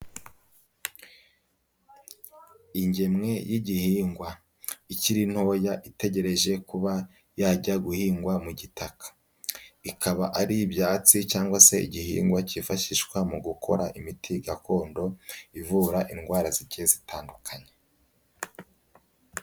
Ingemwe y'igihingwa ikiri ntoya itegereje kuba yajya guhingwa mu gitaka, ikaba ari ibyatsi cyangwa se igihingwa kifashishwa mu gukora imiti gakondo ivura indwara zigiye zitandukanye.